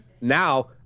now